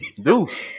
Deuce